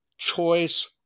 Choice